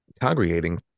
Congregating